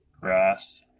grass